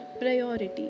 priority